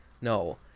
No